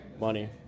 money